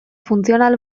funtzional